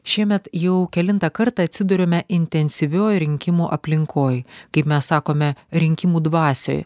šiemet jau kelintą kartą atsiduriame intensyvioj rinkimų aplinkoj kaip mes sakome rinkimų dvasioj